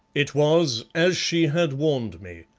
it was as she had warned me.